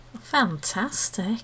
Fantastic